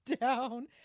down